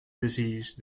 disease